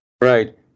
Right